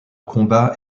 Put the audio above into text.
combat